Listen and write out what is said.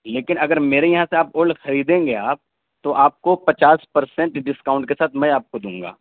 لیکں اگر میرے یہاں سے آپ اولڈ خریدیں گے آپ تو آپ کو پچاس پرسینٹ ڈسکاؤنٹ کے ساتھ میں آپ کو دوں گا